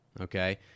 Okay